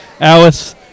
Alice